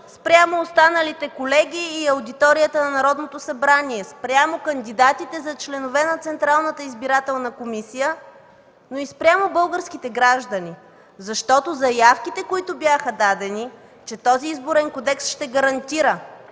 спрямо останалите колеги и аудиторията на Народното събрание, спрямо кандидатите за членове на Централната избирателна комисия, но и спрямо българските граждани, защото заявките, които бяха дадени, че този Изборен кодекс ще гарантира